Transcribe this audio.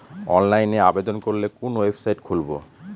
অনলাইনে আবেদন করলে কোন ওয়েবসাইট খুলব?